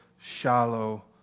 shallow